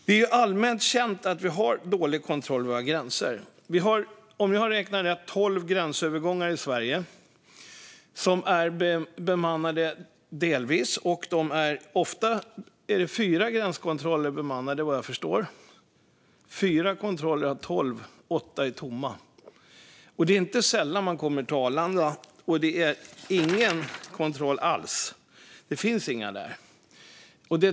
Det är allmänt känt att vi har dålig kontroll över våra gränser. Om jag har räknat rätt har vi tolv gränsövergångar i Sverige, och de är delvis bemannade. Ofta är fyra gränskontroller bemannade, vad jag förstår - fyra kontroller av tolv. Åtta är tomma. Det är inte heller sällan man kommer till Arlanda och det inte sker någon kontroll alls. Det finns ingen där.